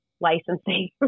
licensing